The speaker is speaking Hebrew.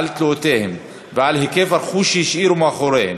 תלאותיהם ועל היקף הרכוש שהשאירו מאחוריהם,